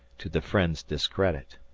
to the friend's discredit.